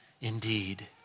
indeed